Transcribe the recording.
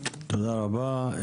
תודה רבה.